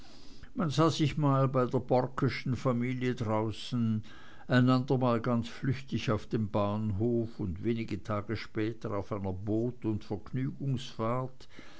man sah sich mal bei der borckeschen familie draußen ein andermal ganz flüchtig auf dem bahnhof und wenige tage später auf einer boots und vergnügungsfahrt